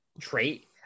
trait